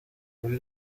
kuri